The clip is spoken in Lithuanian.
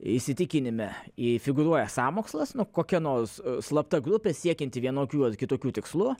įsitikinime jei figūruoja sąmokslas nu kokia nors slapta grupė siekianti vienokių ar kitokių tikslų